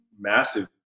massive